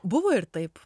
buvo ir taip